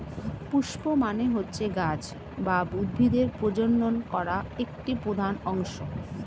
পুস্প মানে হচ্ছে গাছ বা উদ্ভিদের প্রজনন করা একটি প্রধান অংশ